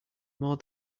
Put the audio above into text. more